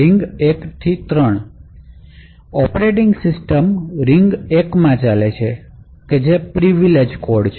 ring ૧ થી ૩ અને operating system ring ૧ માં ચાલે છે કે જે પ્રિવિલેજ કોડ છે